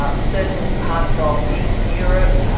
but certain parts ah of eastern europe,